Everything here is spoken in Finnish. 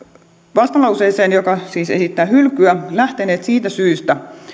vastalauseeseen joka siis esittää hylkyä lähteneet siitä syystä